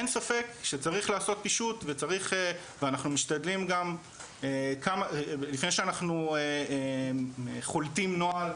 אין ספק שצריך לעשות פישוט ואנחנו משתדלים גם לפני שאנחנו חולטים נוהל,